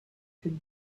could